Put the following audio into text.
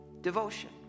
devotion